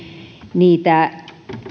niitä